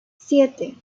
siete